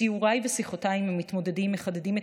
סיוריי ושיחותיי עם המתמודדים מחדדים את